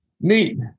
Neat